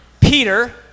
peter